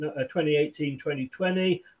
2018-2020